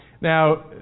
Now